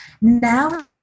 Now